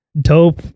dope